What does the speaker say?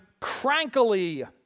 crankily